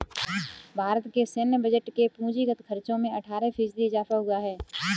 भारत के सैन्य बजट के पूंजीगत खर्चो में अट्ठारह फ़ीसदी इज़ाफ़ा हुआ है